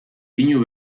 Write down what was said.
pinu